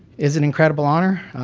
is an incredible honor.